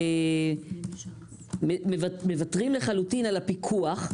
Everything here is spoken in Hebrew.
אנחנו מוותרים לחלוטין על הפיקוח.